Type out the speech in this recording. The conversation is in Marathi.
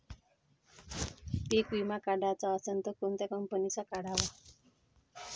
पीक विमा काढाचा असन त कोनत्या कंपनीचा काढाव?